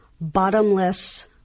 bottomless